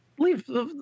leave